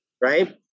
Right